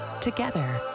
Together